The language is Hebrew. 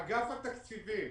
אגף התקציבים